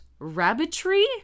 rabbitry